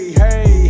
hey